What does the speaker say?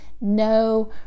no